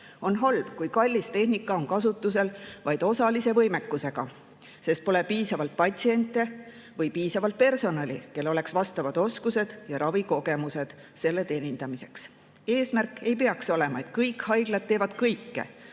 On halb, kui kallis tehnika on kasutusel vaid osalise võimekusega, sest pole piisavalt patsiente või piisavalt personali, kel oleks vastavad oskused ja ravikogemused selle kasutamiseks. Eesmärk ei peaks olema, et kõik haiglad teevad kõike,